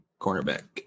cornerback